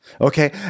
Okay